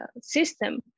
system